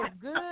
good